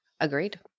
agreed